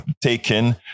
taken